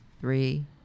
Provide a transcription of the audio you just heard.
three